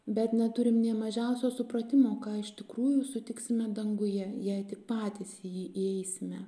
bet neturim nė mažiausio supratimo ką iš tikrųjų sutiksime danguje jei tik patys į jį įeisime